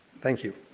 thank you.